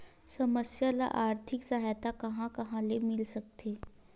समस्या ल आर्थिक सहायता कहां कहा ले मिल सकथे?